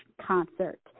concert